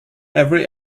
every